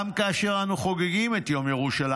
גם כאשר אנו חוגגים את יום ירושלים,